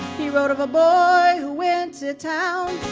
he wrote of a boy who went to town,